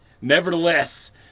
nevertheless